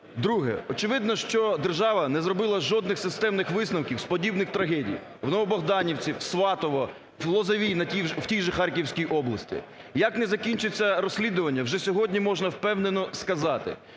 Друге. Очевидно, що держава не зробила жодних системних висновків з подібних трагедій: в Новобогданівці, в Сватово, в Лозовій, в тій же Харківській області. Як не закінчиться розслідування, вже сьогодні можна впевнено сказати,